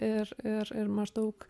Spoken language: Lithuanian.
ir ir ir maždaug